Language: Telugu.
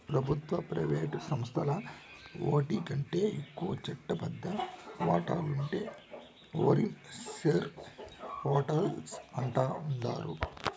పెబుత్వ, ప్రైవేటు సంస్థల్ల ఓటికంటే ఎక్కువ చట్టబద్ద వాటాలుండే ఓర్ని షేర్ హోల్డర్స్ అంటాండారు